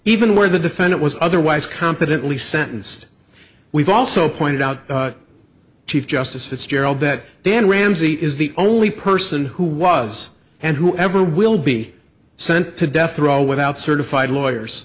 even where the defendant was otherwise competently sentenced we've also pointed out chief justice fitzgerald that dan ramsey is the only person who was and who ever will be sent to death row without certified lawyers